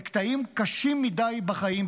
בקטעים קשים מדי בחיים,